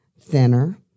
thinner